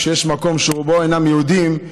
כשיש מקום שרובו אינם יהודים,